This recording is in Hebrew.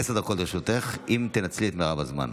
עשר דקות לרשותך, אם תנצלי את מרב הזמן.